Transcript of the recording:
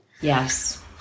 Yes